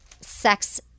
sex